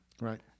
right